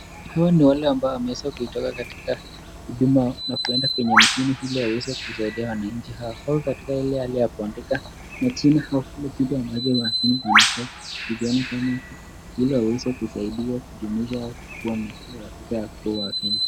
Hawa ni wale wametoka kwenye huduma na kuenda mjini waweze kusaidia wananchi hawa. Wako katika ile hali ya kuandika majina au kitu kile ambacho wakenya wanafaa kupeana ili waweze kudhibitisha kwa eneo hiyo wakishakuwa wakenya.